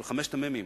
של חמשת המ"מים,